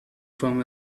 from